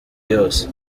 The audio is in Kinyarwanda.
yose